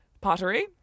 Pottery